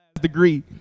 degree